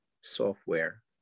software